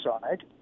side